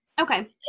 okay